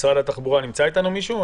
ממשרד התחבורה נמצא איתנו מישהו?